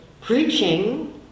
preaching